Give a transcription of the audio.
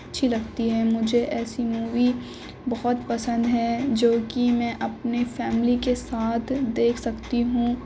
اچھی لگتی ہے مجھے ایسی مووی بہت پسند ہیں جو کہ میں اپنی فیملی کے ساتھ دیکھ سکتی ہوں